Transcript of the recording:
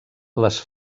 les